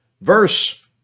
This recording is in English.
Verse